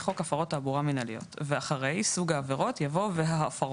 חוק הפרות תעבורה מינהליות" ואחרי "סוג העבירות" יבוא "וההפרות"